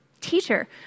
teacher